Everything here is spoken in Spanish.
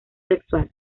sexual